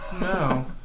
No